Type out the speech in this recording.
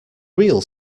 real